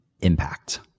impact